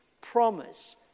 promise